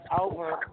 over